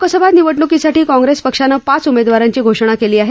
लोकसभा निवडणुकीसाठी काँग्रेस पक्षानं पाच उमेदवारांची घोषणा केली आहे